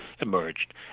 emerged